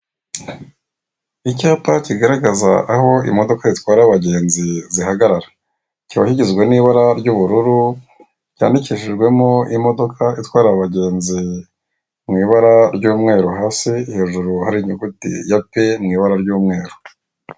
Icyapa kigaragaza aho imodoka zitwara abagenzi zihagarara, kikaba kigizwe n'ibara ry'ubururu cyandikishinjwemo imodoka itwara abagenzi mu ibara ry'umweru hasi, hejuru hari inyuguti ya pi mu ibara ry'umweru.